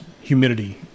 humidity